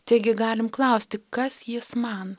taigi galim klausti kas jis man